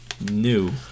new